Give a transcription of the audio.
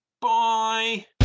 bye